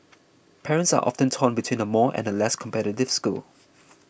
parents are often torn between a more and a less competitive school